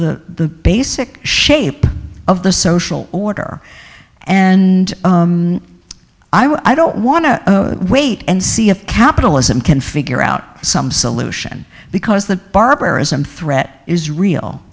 the basic shape of the social order and i don't want to wait and see if capitalism can figure out some solution because the barbarianism threat is real